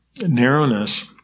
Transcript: narrowness